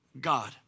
God